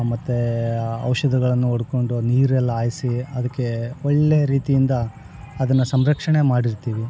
ಮತ್ತು ಔಷಧಗಳನ್ನು ಹೋಡ್ಕೊಂಡು ನೀರೆಲ್ಲ ಹಾಯ್ಸಿ ಅದಕ್ಕೆ ಒಳ್ಳೆಯ ರೀತಿಯಿಂದ ಅದನ್ನ ಸಂರಕ್ಷಣೆ ಮಾಡಿರ್ತೀವಿ